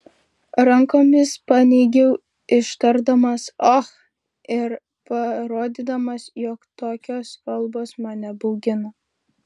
rankomis paneigiau ištardamas och ir parodydamas jog tokios kalbos mane baugina